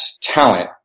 talent